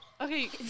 Okay